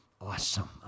Awesome